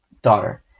daughter